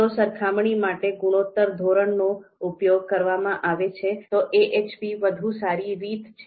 જો સરખામણી માટે ગુણોત્તર ધોરણનો ઉપયોગ કરવામાં આવે છે તો AHP વધુ સારી રીત છે